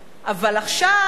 אבל עכשיו,